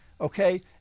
Okay